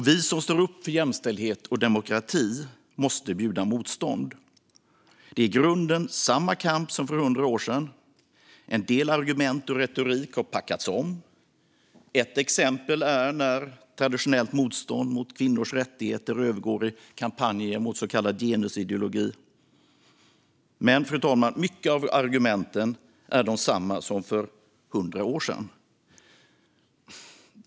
Vi som står upp för jämställdhet och demokrati måste bjuda motstånd. Det är i grunden samma kamp som för 100 år sedan. En del argument och en del retorik har packats om. Ett exempel är när traditionellt motstånd mot kvinnors rättigheter övergår i kampanjer mot så kallad genusideologi. Men, fru talman, många av argumenten är desamma som för 100 år sedan.